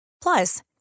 Plus